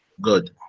good